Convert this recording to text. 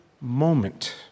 moment